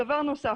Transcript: דבר נוסף.